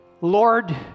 Lord